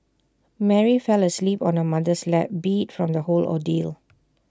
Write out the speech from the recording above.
Mary fell asleep on her mother's lap beat from the whole ordeal